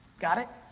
got it?